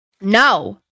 No